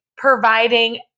providing